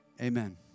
Amen